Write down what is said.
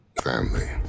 Family